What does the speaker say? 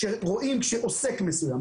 כשרואים שעוסק מסוים,